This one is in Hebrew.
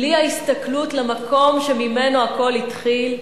בלי ההסתכלות למקום שממנו הכול התחיל,